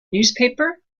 newspaper